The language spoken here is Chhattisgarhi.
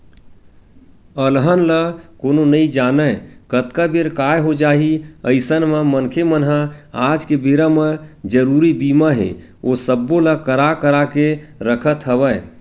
अलहन ल कोनो नइ जानय कतका बेर काय हो जाही अइसन म मनखे मन ह आज के बेरा म जरुरी बीमा हे ओ सब्बो ल करा करा के रखत हवय